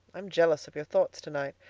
i'm jealous of your thoughts tonight.